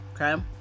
okay